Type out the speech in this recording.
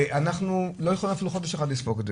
אנחנו לא יכולים אפילו חודש אחד לספוג את זה.